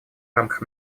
рамках